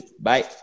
bye